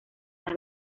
las